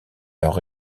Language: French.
leur